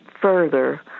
further